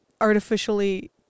artificially